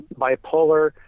bipolar